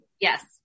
Yes